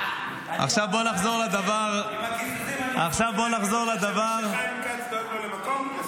עכשיו בואו נחזור לדבר --- אתה חושב שחיים כץ דואג לו למקום?